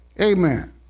Amen